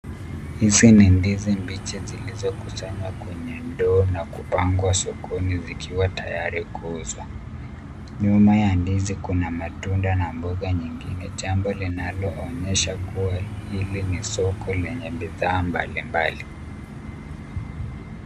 Hizi ni ndizi mbichi zilizo kusanywa kwenye ndoo na kupangwa sokoni zikiwa tayari kuuzwa . Nyuma ya ndizi kuna matunda na mboga nyingine, jambo linaloonyesha kuwa hili ni soko lenye bidhaa mbali mbali.